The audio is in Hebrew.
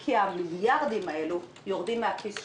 כי המיליארדים האלה יורדים מן הכיס שלנו.